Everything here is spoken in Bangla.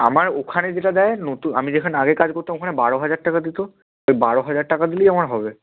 আমার ওখানে যেটা দেয় নতু আমি যেখানে আগে কাজ করতাম ওখানে বারো হাজার টাকা দিতো তো বারো হাজার টাকা দিলেই আমার হবে